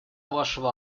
вашего